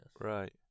right